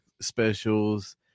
specials